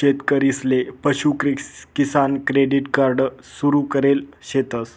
शेतकरीसले पशु Kisan credit card सुरु करेल शेतस